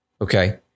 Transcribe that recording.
Okay